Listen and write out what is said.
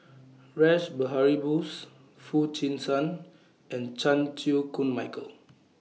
Rash Behari Bose Foo Chee San and Chan Chew Koon Michael